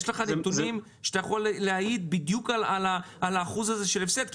יש לך נתונים שאתה יכול להעיד בדיוק לגבי האחוז של ההפסד כי